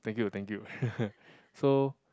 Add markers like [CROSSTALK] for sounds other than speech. thank you thank you [LAUGHS] so